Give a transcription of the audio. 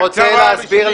אני רוצה להסביר